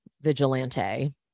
vigilante